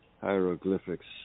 Hieroglyphics